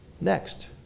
Next